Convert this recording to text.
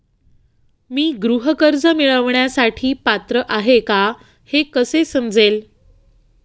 मी गृह कर्ज मिळवण्यासाठी पात्र आहे का हे कसे समजेल?